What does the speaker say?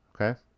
Okay